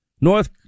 North